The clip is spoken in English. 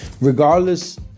Regardless